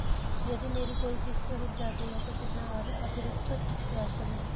यदि मेरी कोई किश्त रुक जाती है तो कितना अतरिक्त ब्याज पड़ेगा?